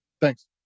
Thanks